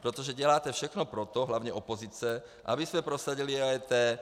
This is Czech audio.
Protože děláte všechno pro to, hlavně opozice, abychom prosadili (?) EET.